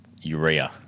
urea